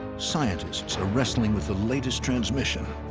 scientists are wrestling with the latest transmission.